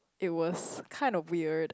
it was kind of weird